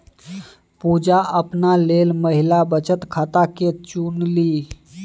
पुजा अपना लेल महिला बचत खाताकेँ चुनलनि